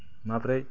माबोरै